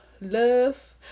love